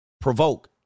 provoke